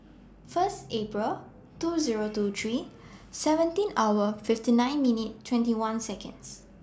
First April two Zero two three seventeen hour fifty nine minute twenty one Seconds